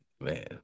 man